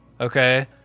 Okay